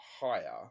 higher